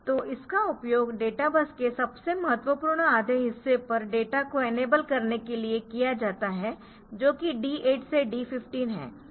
तो इसका उपयोग डेटा बस के सबसे महत्वपूर्ण आधे हिस्से पर डेटा को इनेबल करने के लिए किया जाता है जो कि D8 से D15 है